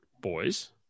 boys